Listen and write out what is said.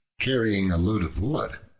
carrying a load of wood,